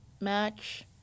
Match